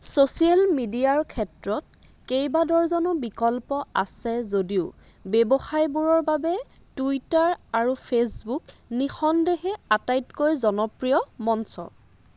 social মিডিয়াৰ ক্ষেত্ৰত কেইবা ডৰ্জনো বিকল্প আছে যদিও ব্যৱসায়বোৰৰ বাবে টুইটাৰ আৰু ফেচবুক নিঃসন্দেহে আটাইতকৈ জনপ্ৰিয় মঞ্চ